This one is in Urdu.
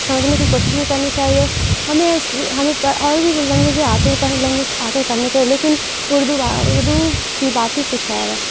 سمجھنے کی کوشش بھی کرنی چاہیے ہمیں اس ہمیں اور بھی لینگویجیں آتی ہیں لینگویز آتے ہیں پڑھنے کے لیے لیکن اردو اردو کی بات ہی کچھ اور ہے